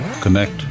connect